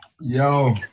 Yo